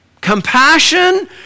Compassion